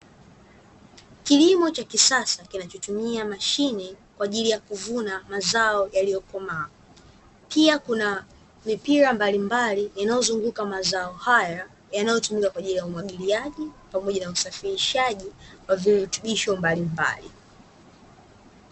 Kilimo cha kisasa kinachotumia mashine kwa ajili ya kuvuna mazao yaliyokomaa. Pia kuna mipira mbalimbali inayozunguka mazao haya, yanayotumika kwa ajili ya umwagiliaji, pamoja na usafirishaji wa virutubisho mbalimbali.